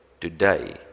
today